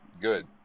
Good